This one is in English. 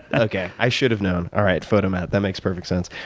and okay. i should have known. all right. photomat. that makes perfect sense.